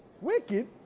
Wicked